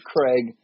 Craig